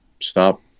stop